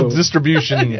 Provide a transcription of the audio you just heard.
distribution